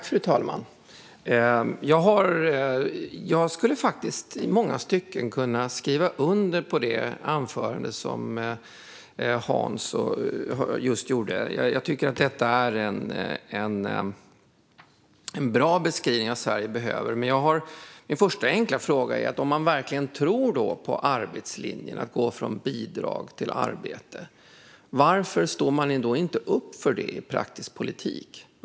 Fru talman! Jag skulle faktiskt i många stycken kunna skriva under på det anförande som Hans just höll. Jag tycker att det var en bra beskrivning av vad Sverige behöver. Min första enkla fråga är dock: Om man verkligen tror på arbetslinjen, att gå från bidrag till arbete, varför står man då inte upp för det i praktisk politik?